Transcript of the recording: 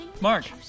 Mark